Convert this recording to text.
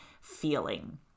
feeling